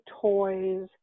toys